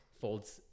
folds